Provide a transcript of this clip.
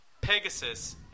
pegasus